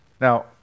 Now